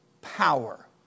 power